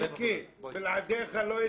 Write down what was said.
מיקי, בלעדיך זה לא יתקדם.